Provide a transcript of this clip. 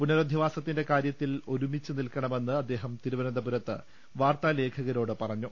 പുനരധിവാസത്തിന്റെ കാര്യത്തിൽസ ഒരുമിച്ച് നിൽക്കണമെന്ന് അദ്ദേഹം തിരുവനന്തപുരത്ത് വാർത്താലേഖക രോട് പരഞ്ഞു